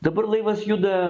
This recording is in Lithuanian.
dabar laivas juda